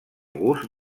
gust